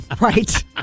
Right